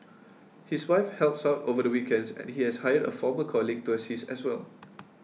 his wife helps out over the weekends and he has hired a former colleague to assist as well